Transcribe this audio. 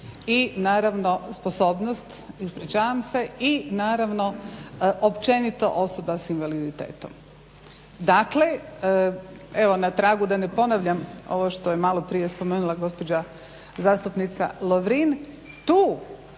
pravna sposobnost i naravno općenito osoba s invaliditetom. Dakle evo na tragu da ne ponavljam ovo što je malo prije spomenula gospođa zastupnica Lovrin tu